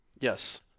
Yes